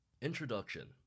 Introduction